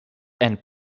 and